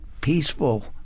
peaceful